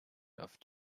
love